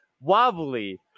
Wobbly